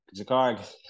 Jakar